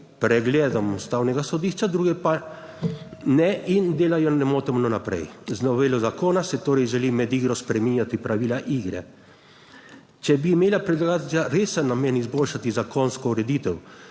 pregledom Ustavnega sodišča, druge pa ne in delajo nemoteno naprej; z novelo zakona se torej želi med igro spreminjati pravila igre. Če bi imela predlagatelja resen namen izboljšati zakonsko ureditev